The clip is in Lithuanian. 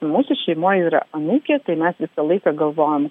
mūsų šeimoj yra anūkė tai mes visą laiką galvojam